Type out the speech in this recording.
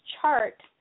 chart